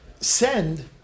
Send